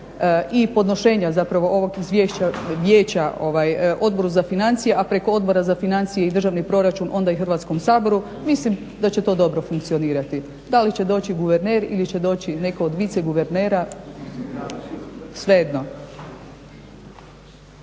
i podnošenja zapravo ovog izvješća vijeća Odboru za financije, a preko Odbora za financije i državni proračun onda i Hrvatskom saboru mislim da će to dobro funkcionirati. Da li će doći guverner ili će doći netko od viceguvernera, svejedno.